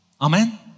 Amen